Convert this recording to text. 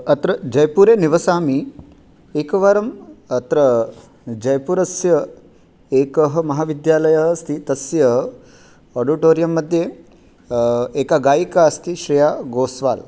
अत्र जयपुरे निवसामि एकवारम् अत्र जयपुरस्य एकः महाविद्यालयः अस्ति तस्य आडिटोरियं मध्ये एका गायिका अस्ति श्रेया घोषाल्